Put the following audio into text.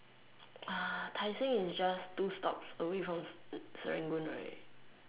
!wah! Tai Seng is just two stops away from Serangoon right